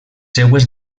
seues